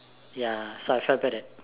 ya so I felt bad that